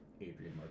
Adrian